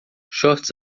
shorts